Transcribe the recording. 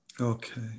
Okay